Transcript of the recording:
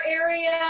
area